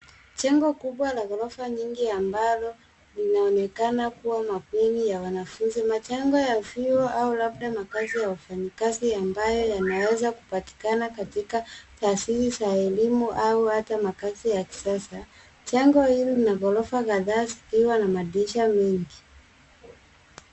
Jengo kubwa la ghorofa nyingi ambalo linaonekana kuwa mabweni ya wanafunzi , majengo ya vyuo au labda makazi ya wafanyikazi ambayo yanaweza kupatikana katika kazini za elimu au hata makazi ya kisasa. Jengo hili lina ghorofa za glass (cs)likiwa na madirisha mengi.